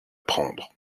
prendre